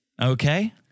Okay